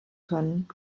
können